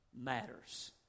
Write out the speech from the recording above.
matters